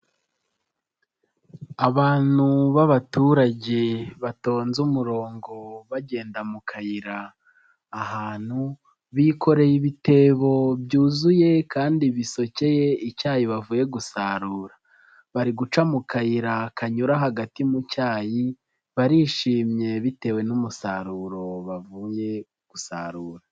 Abantu b'abaturage batonze umurongo bagenda mu kayira ahantu, bikoreye ibitebo byuzuye kandi bisokeye icyayi bavuye gusarura, bari guca mu kayira kanyura hagati mu cyayi, barishimye bitewe n'umusaruro bavuye gusarura.